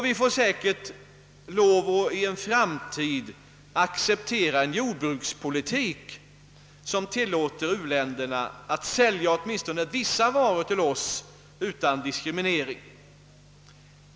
Vi får säkert också lov att i en framtid acceptera en jordbrukspolitik som tilllåter u-länderna att sälja åtminstone vissa varor till oss utan diskriminering.